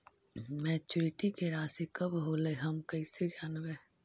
Maturity के रासि कब होलै हम कैसे जानबै?